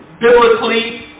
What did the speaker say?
biblically